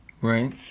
Right